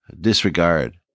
disregard